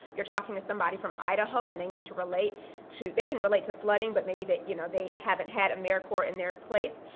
you're talking to somebody from idaho and they need to relate to they can relate to flooding, but maybe they you know they haven't had americorps in their place,